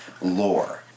lore